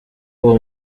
uwo